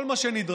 כל מה שנדרש